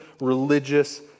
religious